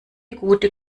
gute